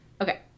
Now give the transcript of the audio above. okay